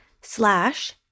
slash